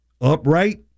Upright